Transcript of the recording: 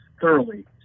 thoroughly